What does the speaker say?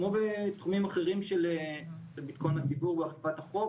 כמו בתחומים אחרים של ביטחון הציבור ואכיפת החוק